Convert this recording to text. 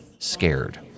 scared